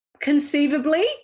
conceivably